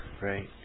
Right